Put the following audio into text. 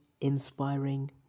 inspiring